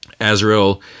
Azrael